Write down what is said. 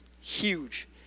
huge